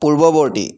পূৰ্ৱবৰ্তী